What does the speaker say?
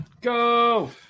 Go